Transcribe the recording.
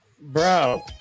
Bro